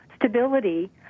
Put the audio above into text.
stability